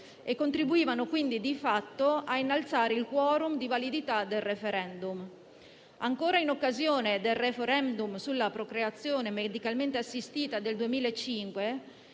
e contribuivano quindi di fatto a innalzare il *quorum* di validità del *referendum*. Ancora in occasione del *referendum* sulla procreazione medicalmente assistita del 2005,